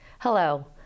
Hello